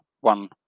one